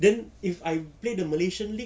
then if I play the malaysian league